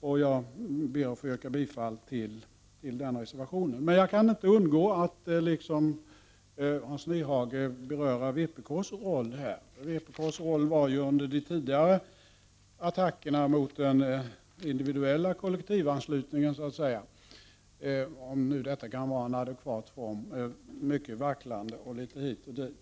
reservationen. Jag yrkar bifall till denna reservation. Jag kan dock inte undgå att liksom Hans Nyhage beröra vpk:s roll här. Vpk:s förhållningssätt var ju under de tidigare attackerna mot den individuella kollektivanslutningen mycket vacklande. Det har alltså varit litet hit och dit.